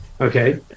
Okay